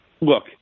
Look